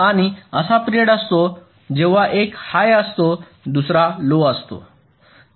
आणि असा पिरिअड असतो जेव्हा एक हाय असतो दुसरा लो असतो